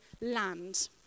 land